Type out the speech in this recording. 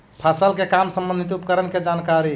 फसल के काम संबंधित उपकरण के जानकारी?